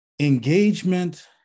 Engagement